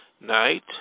Night